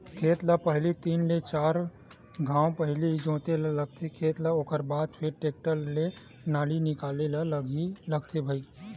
खेत ल पहिली तीन ले चार घांव पहिली जोते ल लगथे खेत ल ओखर बाद फेर टेक्टर ले नाली निकाले ल लगथे भई